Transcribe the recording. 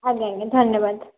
ଆଜ୍ଞା ଆଜ୍ଞା ଧନ୍ୟବାଦ